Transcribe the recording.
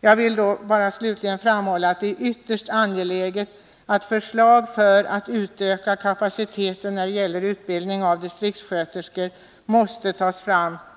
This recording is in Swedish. Slutligen vill jag framhålla att det är ytterst angeläget att förslag om utökning av utbildningskapaciteten vad gäller distriktssköterskor utarbetas